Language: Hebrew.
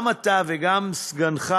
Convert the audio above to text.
גם אתה וגם סגנך,